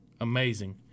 amazing